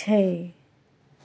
छै